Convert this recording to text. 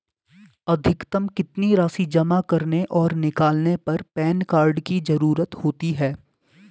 अधिकतम कितनी राशि जमा करने और निकालने पर पैन कार्ड की ज़रूरत होती है?